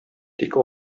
тик